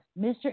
Mr